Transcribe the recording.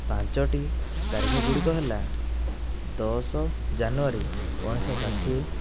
ପାଞ୍ଚୋଟି ତାରିଖ ଗୁଡିକ ହେଲା ଦଶ ଜାନୁଆରୀ ଉଣେଇଶଶହ ଷାଠିଏ